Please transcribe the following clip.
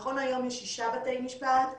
נכון להיום יש שישה בתי משפט,